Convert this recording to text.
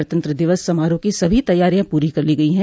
गणतंत्र दिवस समारोह की सभी तैयारियां पूरी कर ली गई है